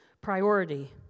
priority